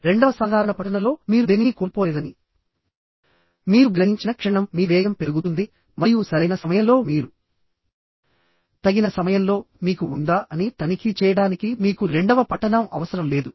రెండవ సాధారణ పఠనంలో మీరు దేనినీ కోల్పోలేదని మీరు గ్రహించిన క్షణం మీ వేగం పెరుగుతుంది మరియు సరైన సమయంలో మీరు తగిన సమయంలో మీకు ఉందా అని తనిఖీ చేయడానికి మీకు రెండవ పఠనం అవసరం లేదు